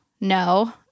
No